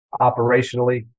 operationally